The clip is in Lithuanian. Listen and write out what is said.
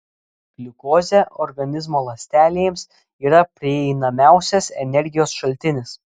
gliukozė organizmo ląstelėms yra prieinamiausias energijos šaltinis